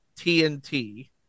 TNT